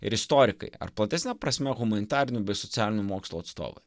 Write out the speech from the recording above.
ir istorikai ar platesne prasme humanitarinių bei socialinių mokslų atstovai